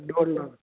donner